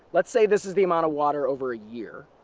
let's say this is the amount of water over a year.